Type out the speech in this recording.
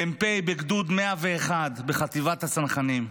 מ"פ בגדוד 101 בחטיבת הצנחנים.